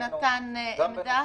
נתן עמדה?